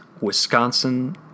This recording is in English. Wisconsin